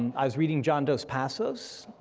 and i was reading john dos passos,